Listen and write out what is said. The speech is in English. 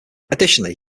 additionally